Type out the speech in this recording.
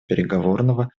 переговорного